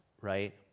right